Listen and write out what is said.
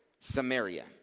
Samaria